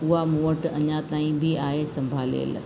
उहा मूं वटि अञा ताईं बि आहे संभालियल